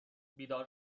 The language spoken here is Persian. بیدار